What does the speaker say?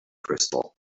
crystal